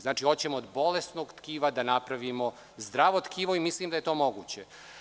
Znači, hoćemo od bolesnog tkiva da napravimo zdravo tkivo i mislim da je to moguće.